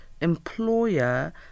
employer